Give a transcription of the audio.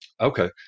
Okay